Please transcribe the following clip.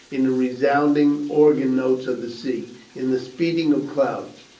in the resounding organ-note of the sea, in the speeding of clouds.